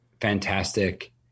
fantastic